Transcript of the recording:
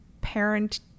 parent